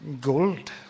gold